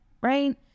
right